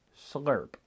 Slurp